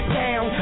down